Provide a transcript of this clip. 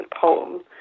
poem